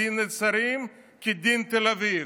"דין נצרים כדין תל אביב".